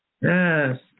Yes